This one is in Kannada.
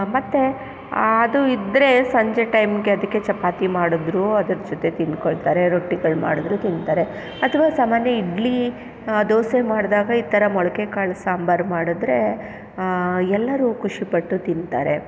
ಮತ್ತು ಅದು ಇದ್ದರೆ ಸಂಜೆ ಟೈಮಿಗೆ ಅದಕ್ಕೆ ಚಪಾತಿ ಮಾಡಿದರೂ ಅದರ ಜೊತೆ ತಿನ್ಕೊಳ್ತಾರೆ ರೊಟ್ಟಿಗಳು ಮಾಡಿದ್ರೂ ತಿಂತಾರೆ ಅಥವಾ ಸಾಮಾನ್ಯ ಇಡ್ಲಿ ದೋಸೆ ಮಾಡಿದಾಗ ಈ ಥರ ಮೊಳಕೆಕಾಳು ಸಾಂಬಾರು ಮಾಡಿದ್ರೆ ಎಲ್ಲರೂ ಖುಷಿಪಟ್ಟು ತಿಂತಾರೆ